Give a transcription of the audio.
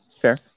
Fair